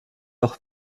auch